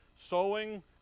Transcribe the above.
sowing